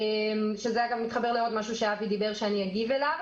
זה מתחבר לעוד דבר שאבי דיבר עליו ואני אגיב אליו.